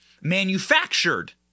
manufactured